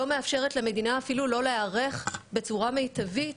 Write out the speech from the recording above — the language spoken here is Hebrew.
לא מאפשרת למדינה אפילו לא להיערך בצורה מיטבית